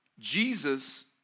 Jesus